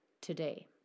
today